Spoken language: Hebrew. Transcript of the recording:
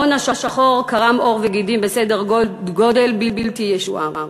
ההון השחור קרם עור וגידים בסדר גודל בל ישוער.